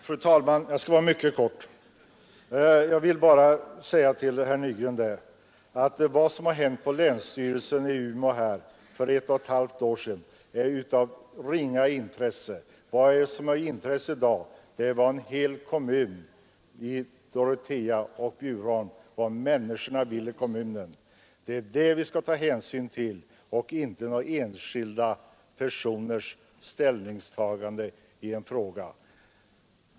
Fru talman! Jag skall fatta mig mycket kort. Jag vill bara säga till herr Nygren att vad som hänt på länsstyrelsen i Umeå för ett och ett halvt år sedan är av ringa intresse. Det som har intresse i dag är vad människorna i kommunerna vill. Det skall vi ta hänsyn till och inte enskilda personers ställningstagande i en fråga.